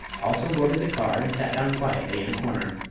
also boarded the car and sat down quietly in a corner.